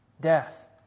Death